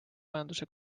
majanduse